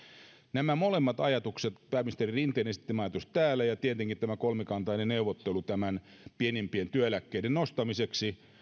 nämä molemmat ajatukset pääministerin rinteen täällä esittämä ajatus ja tietenkin tämä kolmikantainen neuvottelu pienimpien työeläkkeiden nostamiseksi